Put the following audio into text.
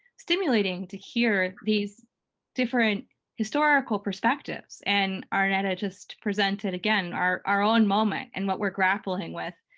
stimulating to hear these different historical perspectives, and arnetta just presented again our our own moment and what we're grappling with,